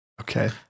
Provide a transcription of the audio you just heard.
Okay